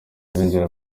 binjira